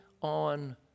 on